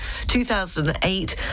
2008